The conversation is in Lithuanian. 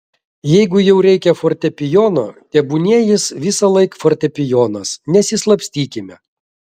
jeigu jau reikia fortepijono tebūnie jis visąlaik fortepijonas nesislapstykime